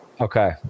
Okay